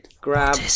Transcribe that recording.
grab